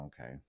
okay